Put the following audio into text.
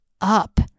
up